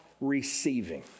receiving